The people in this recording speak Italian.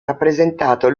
rappresentato